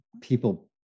people